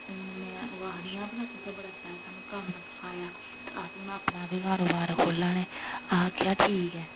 हून में ओह् आखदियां भला तुसें बड़ा शैल सानूं कम्म सखाया ते अस हून अपना बी कारोबार खोह्ल्लै ने आखेआ ठीक ऐ